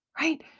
right